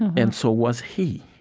and so was he.